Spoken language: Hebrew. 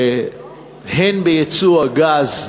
הן בייצוא הגז,